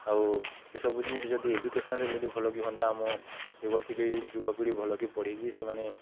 ଆଉ ଏସବୁ ଜିନିଷ ଯଦି ଏଜୁକେସନ୍ରେ ଯଦି ଭଲ କିି ହଅନ୍ତା ଆମ ଯୁବପିଢ଼ ଯୁବପିଢ଼ି ଭଲକି ପଢ଼ିକି ସେମାନେ